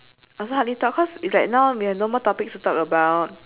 also hardly talk cause it's like now we have no more topics to talk about